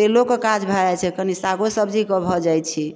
तेलोके काज भए जाइ छै कनी सागो सब्जीके भऽ जाइ छै